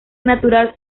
natural